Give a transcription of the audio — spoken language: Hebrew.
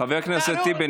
חבר הכנסת טיבי,